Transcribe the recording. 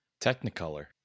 Technicolor